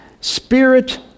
Spirit